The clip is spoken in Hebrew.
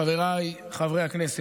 חבריי חברי הכנסת,